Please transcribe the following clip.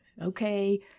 Okay